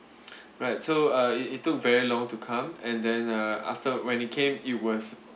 right so uh it it took very long to come and then uh after when it came it was